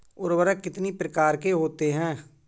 उर्वरक कितनी प्रकार के होते हैं?